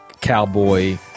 cowboy